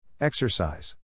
Exercise